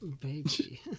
Baby